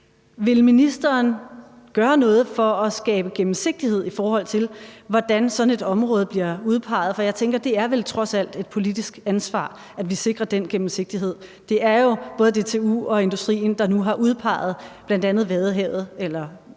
Vil ministeren gøre noget for at skabe gennemsigtighed, i forhold til hvordan sådan et område bliver udpeget? For jeg tænker, at det vel trods alt er et politisk ansvar, at vi sikrer den gennemsigtighed. Det er jo både DTU og industrien, der nu har udpeget bl.a. Balling Enge ved